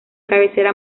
cabecera